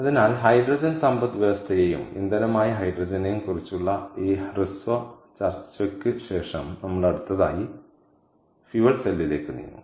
അതിനാൽ ഹൈഡ്രജൻ സമ്പദ്വ്യവസ്ഥയെയും ഇന്ധനമായി ഹൈഡ്രജനെയും കുറിച്ചുള്ള ഈ ഹ്രസ്വ ചർച്ചയ്ക്ക് ശേഷം നമ്മൾ അടുത്തതായി ഇന്ധന സെല്ലിലേക്ക് നീങ്ങും